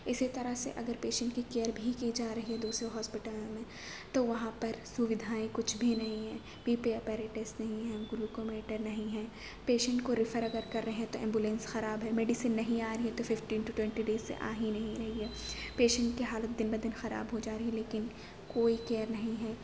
اسی طرح سے اگر پیشنٹ کی کیئر بھی کی جا رہی ہے تو اسے ہاسپیٹل میں تو وہاں پر سویدھائیں کچھ بھی نہیں ہے پی پی اپیریٹس نہیں ہے گلوکومیٹر نہیں ہے پیشنٹ کو ریفر اگر کر رہے ہیں تو ایمبولینس خراب ہے میڈیسین نہیں آ رہی ہے ففٹین ٹو ٹونٹی ڈیز سے آ ہی نہیں رہی ہے پیشنٹ کی حالت دن بہ دن خراب ہو جا رہی لیکن کوئی کیئر نہیں ہے